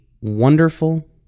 wonderful